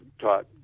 taught